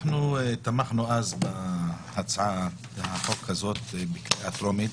אנחנו תמכנו אז בהצעת החוק הזאת בקריאה טרומית.